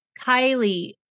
Kylie